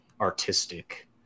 artistic